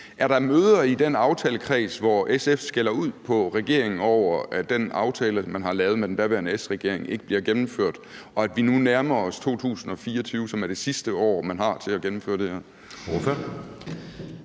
Er der møder i den aftalekreds, hvor SF skælder ud på regeringen over, at den aftale, man har lavet med den daværende S-regering, ikke bliver gennemført, og at vi nu nærmer os 2024, som er det sidste år, man har til at gennemføre det her?